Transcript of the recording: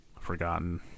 forgotten